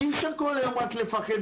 אי אפשר כל היום רק לפחד,